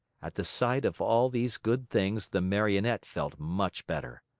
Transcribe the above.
at the sight of all these good things, the marionette felt much better.